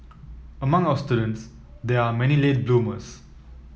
among our students there are many late bloomers